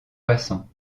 passants